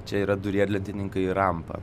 čia yra du riedlentininkai ir rampa